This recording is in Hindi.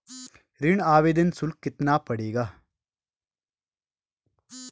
ऋण आवेदन शुल्क कितना पड़ेगा?